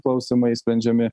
klausimai sprendžiami